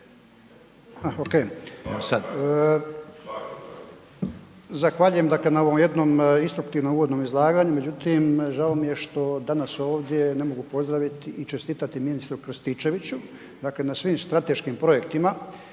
možete./… Zahvaljujem dakle na ovo jednom instruktivnom uvodnom izlaganju međutim žao mi je što danas ovdje ne mogu pozdravit i čestitati ministru Krstičeviću dakle na svim strateškim projektima